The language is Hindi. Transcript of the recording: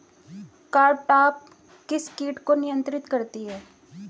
कारटाप किस किट को नियंत्रित करती है?